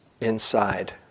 inside